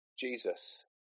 Jesus